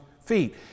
feet